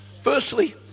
Firstly